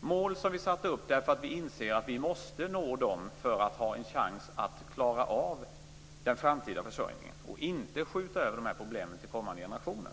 Det är mål som vi har satt upp därför att vi inser att vi måste nå dem för att ha en chans att klara av den framtida försörjningen, och vi får inte skjuta över problemen till kommande generationer.